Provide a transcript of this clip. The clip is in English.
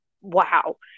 Wow